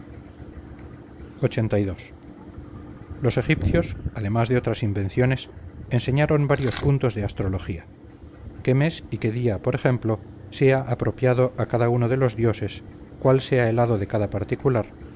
y religiosa lxxxii los egipcios además de otras invenciones enseñaron varios puntos de astrología qué mes y qué día por ejemplo sea apropiado a cada uno de los dioses cuál sea el hado de cada particular